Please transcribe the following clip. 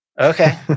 Okay